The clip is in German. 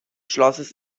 schlosses